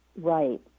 Right